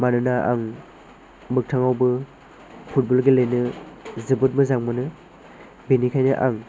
मानोना आं मोकथांआवबो फुटबल गेलेनो जोबोद मोजां मोनो बेनिखायनो आं